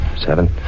Seven